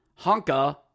Honka